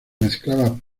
mezclaba